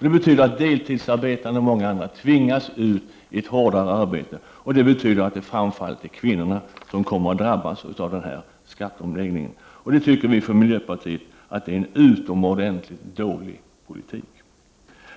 Det betyder att deltidsarbetande och många andra tvingas ut i ett hårdare arbete, och det betyder att det framför allt är kvinnorna som kommer att drabbas av den här skatteomläggningen. Och det tycker vi från miljöpartiet är en utomordentligt dålig politik.